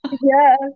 Yes